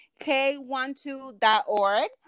k12.org